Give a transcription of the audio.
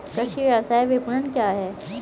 कृषि व्यवसाय विपणन क्या है?